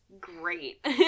great